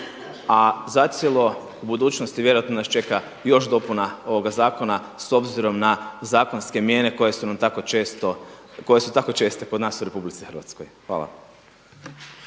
a zacijelo u budućnosti vjerojatno nas čeka još dopuna zakona s obzirom na zakonske mijene koje su tako često kod nas u RH. Hvala.